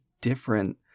different